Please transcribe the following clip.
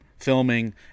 filming